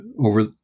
over